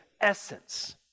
essence